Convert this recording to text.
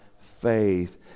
faith